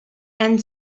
end